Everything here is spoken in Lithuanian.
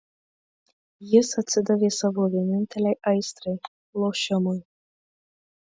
jis atsidavė savo vienintelei aistrai lošimui